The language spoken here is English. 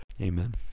Amen